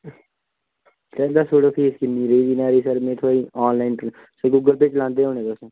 sir दस्सी ओड़ो fees किन्नी रेही दी न्हाड़ी सर में थुआढ़ी आनलाईन सर गूगल पे चलांदे होने तुस